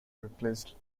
replaced